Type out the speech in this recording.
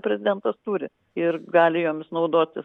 prezidentas turi ir gali jomis naudotis